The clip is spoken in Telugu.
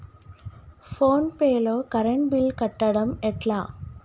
ఫోన్ పే లో కరెంట్ బిల్ కట్టడం ఎట్లా?